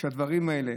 שאת הדברים האלה,